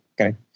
okay